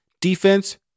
defense